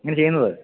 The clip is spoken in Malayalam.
ഇങ്ങനെ ചെയ്യുന്നത്